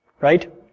right